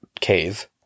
cave